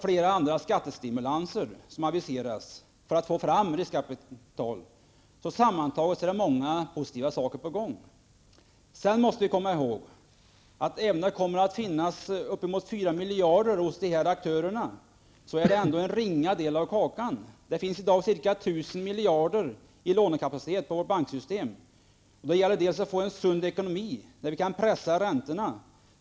Flera skattestimulanser aviseras för att få fram riskkapital. Sammantaget är det många positiva saker på gång. Men vi måste komma ihåg att även om det kommer att finnas uppemot 4 miljarder hos olika aktörer, är det ändå en ringa del av kakan. Det finns i dag ca 1 000 miljarder i lånekapacitet i vårt banksystem. Det gäller att få en sund ekonomi så att vi kan pressa räntorna.